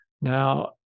now